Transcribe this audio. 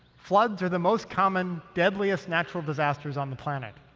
floods are the most common, deadliest natural disasters on the planet.